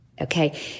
okay